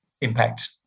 impact